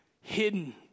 hidden